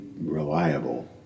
reliable